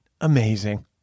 amazing